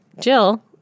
Jill